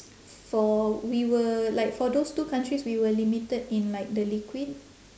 for we were like for those two countries we were limited in like the liquid